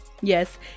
Yes